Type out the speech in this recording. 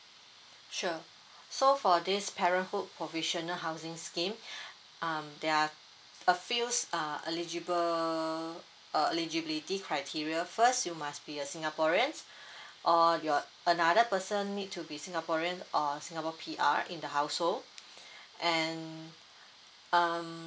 sure so for this parenthood provisional housing scheme um there are a fews uh eligible eligibility criteria first you must be a singaporeans or your another person need to be singaporean or singapore P_R in the household and um